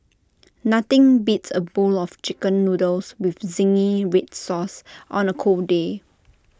nothing beats A bowl of Chicken Noodles with Zingy Red Sauce on A cold day